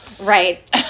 Right